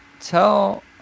tell